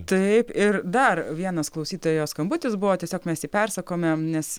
taip ir dar vienas klausytojo skambutis buvo tiesiog mes jį persakome nes